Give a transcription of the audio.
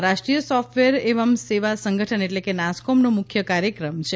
આ રાષ્ટ્રીય સોફટવેર એવં સેવા સંગઠન એટલે કે નાસ્કોમનો મુખ્ય કાર્યક્રમ છે